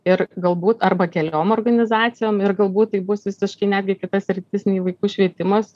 ir galbūt arba keliom organizacijom ir galbūt tai bus visiškai netgi kita sritis nei vaikų švietimas